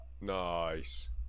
nice